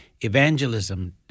evangelism